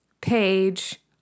Page